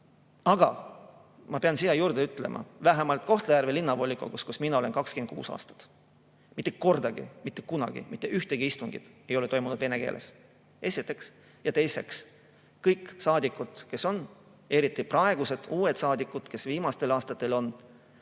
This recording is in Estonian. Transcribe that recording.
Aga ma pean siia juurde ütlema, et vähemalt Kohtla-Järve Linnavolikogus, kus mina olen 26 aastat olnud, ei ole mitte kordagi, mitte kunagi mitte ühtegi istungit toimunud vene keeles. Seda esiteks. Ja teiseks, kõik saadikud, kes on, eriti praegused uued saadikud, kes viimastel aastatel on